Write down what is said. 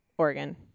Oregon